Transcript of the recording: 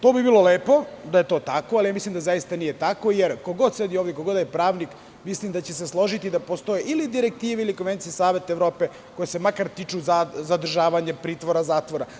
To bi bilo lepo da je to tako, ali mislim da nije tako, jer ko god da sedi ovde, ko god da je pravnik, mislim da će se složiti da postoje ili direktive ili konvencije Saveta Evrope koje se tiču zadržavanja u pritvoru, zatvora.